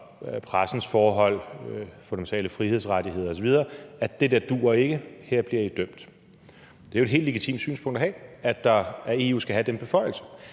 pressens forhold, fundamentale frihedsrettigheder osv., at det der duer ikke, her bliver I dømt. Det er jo et helt legitimt synspunkt at have: at EU skal have den beføjelse.